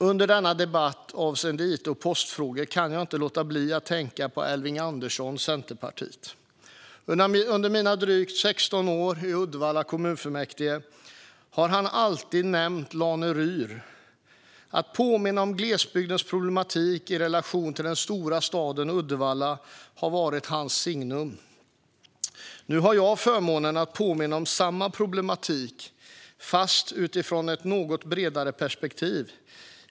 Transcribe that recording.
Under denna debatt avseende it och postfrågor kan jag inte låta bli att tänka på Elving Andersson, Centerpartiet. Under mina drygt 16 år i Uddevalla kommunfullmäktige nämnde han alltid Lane-Ryr. Att påminna om glesbygdens problematik i relation till den stora staden Uddevalla var hans signum. Nu har jag förmånen att påminna om samma problematik, fast utifrån ett något bredare perspektiv.